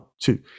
two